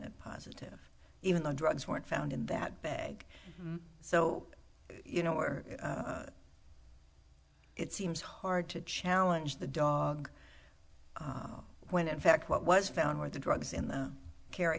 ed positive even though drugs weren't found in that bag so you know or it seems hard to challenge the dog when in fact what was found with the drugs in the carry